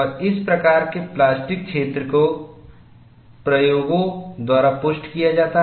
और इस प्रकार के प्लास्टिक क्षेत्र को प्रयोगों द्वारा पुष्ट किया जाता है